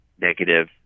negative